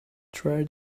try